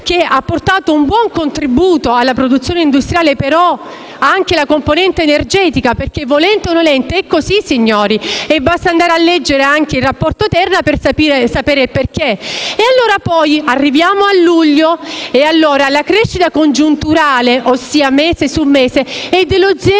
che ha portato un buon contributo alla produzione industriale (ma bisogna considerare anche la componente energetica perché, volenti o nolenti, è così, signori, e basta andare a leggere anche il rapporto Terna per sapere il perché), arriviamo a luglio e la crescita congiunturale, ossia mese su mese, è dello 0,1